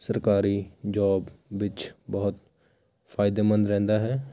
ਸਰਕਾਰੀ ਜੋਬ ਵਿੱਚ ਬਹੁਤ ਫਾਇਦੇਮੰਦ ਰਹਿੰਦਾ ਹੈ